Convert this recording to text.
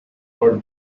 for